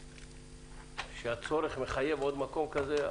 וזה מחייב עוד מקום כזה.